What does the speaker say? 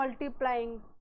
multiplying